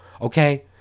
Okay